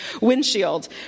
windshield